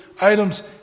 items